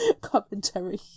commentary